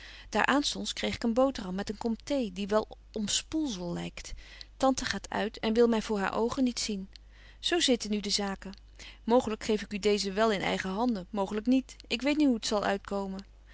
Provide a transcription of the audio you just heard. daar aanstonds kreeg ik een boterham met een kom thee die wel omspoelzel lykt tante gaat uit en wil my voor haar oogen niet zien zo zitten nu de zaken mooglyk geef ik u deezen wel in eigen handen mooglyk niet ik weet niet hoe t zal uitkomen